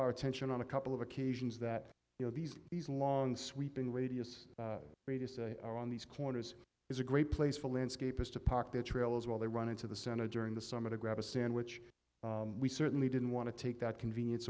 our attention on a couple of occasions that you know these these long sweeping radius around these corners is a great place for landscapers to park their trailers while they run into the senate during the summer to grab a sandwich we certainly didn't want to take that convenience